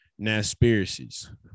Naspiracies